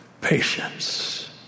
patience